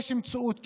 יש מציאות קיימת.